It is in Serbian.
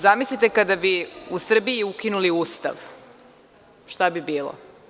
Zamislite kada bi u Srbiji ukinuli Ustav, šta bi bilo?